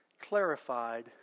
clarified